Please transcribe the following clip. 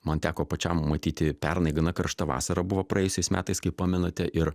man teko pačiam matyti pernai gana karšta vasara buvo praėjusiais metais kaip pamenate ir